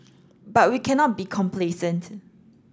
but we cannot be complacent